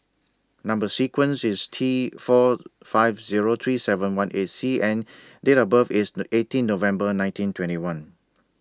Number sequence IS T four five Zero three seven one eight C and Date of birth IS eighteen November nineteen twenty one